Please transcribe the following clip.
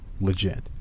legit